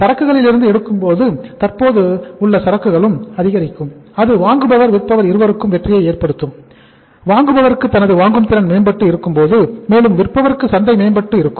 சரக்குகளிலிருந்து எடுக்கும்போது தற்போதைய சரக்குகளும் அதிகரிக்கும் அது வாங்குபவர் விற்பவர் இருவருக்கும் வெற்றியை ஏற்படுத்தும் ஏனென்றால் வாங்குபவருக்கு தனது வாங்கும் திறன் மேம்பட்டு இருக்கும் மேலும் விற்பவருக்கு சந்தை மேம்பட்டு இருக்கும்